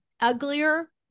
uglier